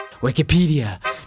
Wikipedia